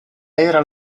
era